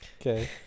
Okay